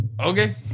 okay